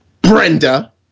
Brenda